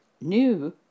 New